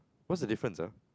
what's the difference ah